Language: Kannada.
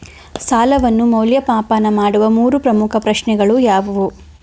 ಸಾಲವನ್ನು ಮೌಲ್ಯಮಾಪನ ಮಾಡುವ ಮೂರು ಪ್ರಮುಖ ಪ್ರಶ್ನೆಗಳು ಯಾವುವು?